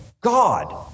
God